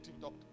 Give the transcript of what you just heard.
doctor